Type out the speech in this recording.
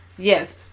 Yes